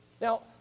Now